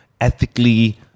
ethically